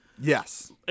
Yes